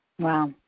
Wow